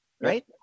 right